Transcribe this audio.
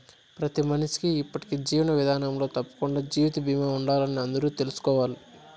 ప్రతి మనిషికీ ఇప్పటి జీవన విదానంలో తప్పకండా జీవిత బీమా ఉండాలని అందరూ తెల్సుకోవాలి